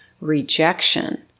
rejection